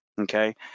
okay